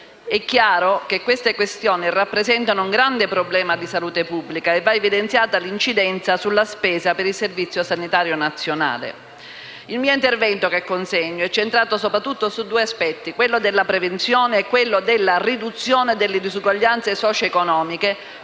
È chiaro che tali questioni rappresentano un naturale problema di salute pubblica, di cui va evidenziata l'incidenza sulla spesa per il Servizio sanitario nazionale. Il mio intervento è incentrato soprattutto su due aspetti: quello della prevenzione e quello della riduzione delle disuguaglianze socio-economiche,